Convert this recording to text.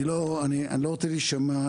אני לא רוצה להישמע,